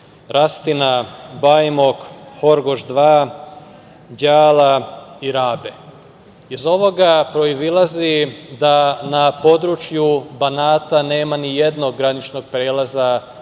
Rastina, Bajmok, Horgoš 2, Đala i Rabe. Iz ovoga proizilazi da na području Banata nema nijednog graničnog prelaza koji